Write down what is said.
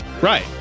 right